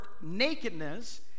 Nakedness